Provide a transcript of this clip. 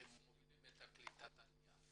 אתם מובילים את קליטת העלייה.